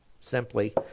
simply